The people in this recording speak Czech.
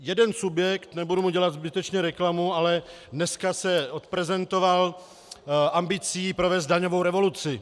Jeden subjekt, nebudu mu dělat zbytečně reklamu, ale dneska se odprezentoval ambicí provést daňovou revoluci.